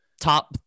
top